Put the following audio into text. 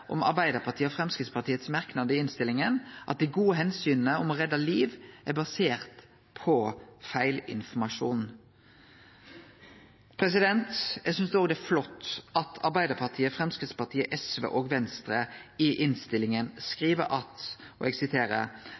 om Arbeidarpartiet og Framstegspartiets merknader i innstillinga at dei gode omsyna til å redde liv er baserte på feilinformasjon. Eg synest òg det er flott at Arbeidarpartiet, Framstegspartiet, SV og Venstre i innstillinga skriv: «Flertallet anerkjenner at